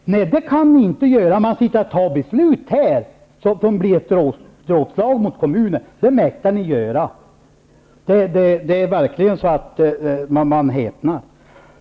Nej, det kan ni inte göra, men sitta här och fatta beslut som blir ett dråpslag mot kommunen, det mäktar ni göra! Det är verkligen så att man häpnar.